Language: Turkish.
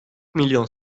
milyon